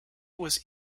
was